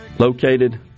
Located